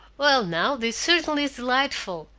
well, now, this certainly is delightful!